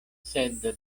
sed